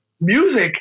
music